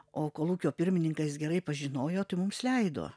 o kolūkio pirmininką jis gerai pažinojo tai mums leido